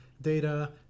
data